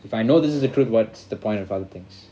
if I know this is a crude what's the point of other things